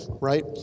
right